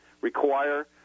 require